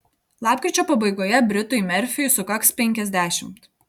lapkričio pabaigoje britui merfiui sukaks penkiasdešimt